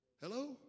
Hello